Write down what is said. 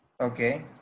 Okay